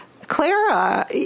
Clara